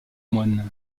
moines